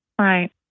Right